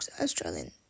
Australian